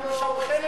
אנחנו, אוי,